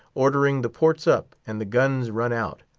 ordering the ports up, and the guns run out.